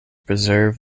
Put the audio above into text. preserve